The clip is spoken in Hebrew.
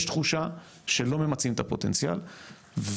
יש תחושה שלא ממצים את הפוטנציאל וזה